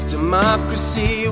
Democracy